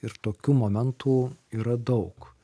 ir tokių momentų yra daug